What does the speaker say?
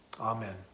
Amen